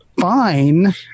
fine